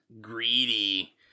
greedy